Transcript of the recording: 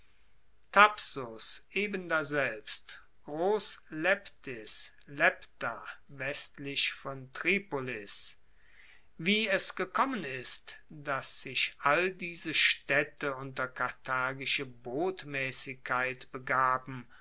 lebda westlich von tripolis wie es gekommen ist dass sich all diese staedte unter karthagische botmaessigkeit begaben